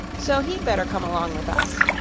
so he'd better come along with us.